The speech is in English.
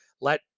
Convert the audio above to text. let